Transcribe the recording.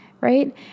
right